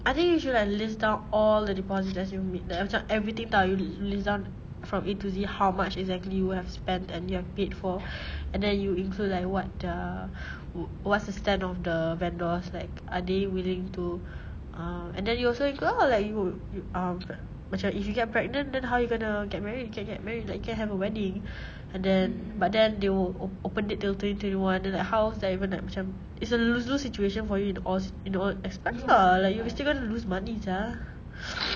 I think you should like list down all the deposits as you meet them macam everything [tau] you list down from A to Z how much exactly you have spent and you have paid for and then you include like what their what's the stand of the vendors like are they willing to uh and then you also include like you you um macam if you get pregnant then how you gonna get married you can get married like can have a wedding and then but then they will o~ open it till twenty twenty one then like how sia you nak macam it's a lose-lose situation for you in all in all aspects lah like you still going to lose money sia